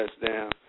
touchdown